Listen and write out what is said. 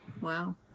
Wow